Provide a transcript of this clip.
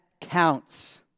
counts